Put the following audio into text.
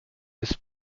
des